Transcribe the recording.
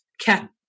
cat